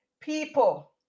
people